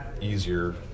easier